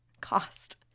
cost